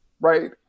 right